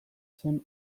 zen